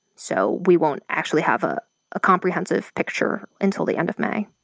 so we won't actually have a ah comprehensive picture until the end of may.